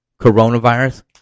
coronavirus